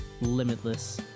limitless